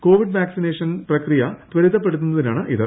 Covid vaccination പ്രക്രിയ ത്വരിതപ്പെടുത്തുന്നതിനാണിത്